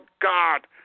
God